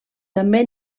també